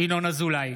ינון אזולאי,